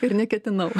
ir neketinau